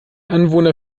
anwohner